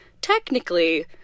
Technically